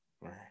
right